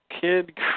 Kid